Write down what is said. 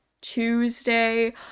Tuesday